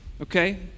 Okay